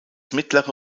mittlere